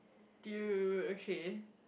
dude okay